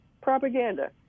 propaganda